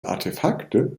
artefakte